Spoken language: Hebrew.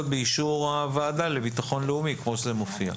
באישור הוועדה לביטחון לאומי כפי שזה מופיע.